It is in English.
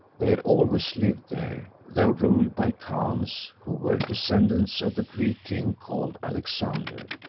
they had always lived there, though ruled by khans who were descendants of the greek king called alexander,